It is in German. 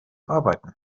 arbeiten